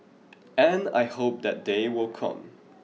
and I hope that day will come